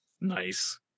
Nice